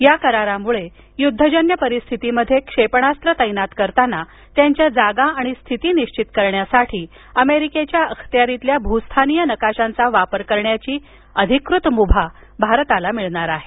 या करारामुळे युद्धजन्य परिस्थितीमध्ये क्षेपणास्त्र तैनात करताना त्यांच्या जागा आणि स्थिती निश्वित करण्यासाठी अमेरिकेच्या अखत्यारीतील भूस्थानीय नकाशांचा वापर करण्याची मुभा भारताला मिळणार आहे